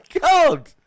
God